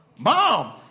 mom